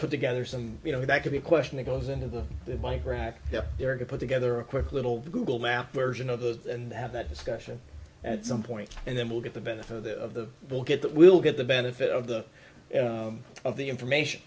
put together some you know that could be a question he goes into the bike rack there to put together a quick little google map version of those and have that discussion at some point and then we'll get the benefit of the of the we'll get that we'll get the benefit of the of the information